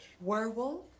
Werewolf